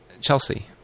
Chelsea